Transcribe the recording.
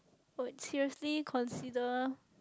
I would seriously consider